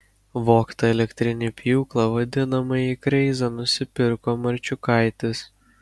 vogtą elektrinį pjūklą vadinamąjį kreizą nusipirko marčiukaitis